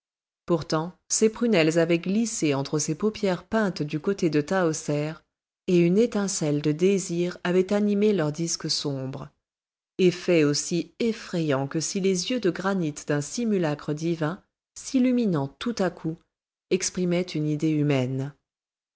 pourtant ses prunelles avaient glissé entre ses paupières peintes du côté de tahoser et une étincelle de désir avait animé leurs disques sombres effet aussi effrayant que si les yeux de granit d'un simulacre divin s'illuminant tout à coup exprimaient une idée humaine